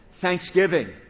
thanksgiving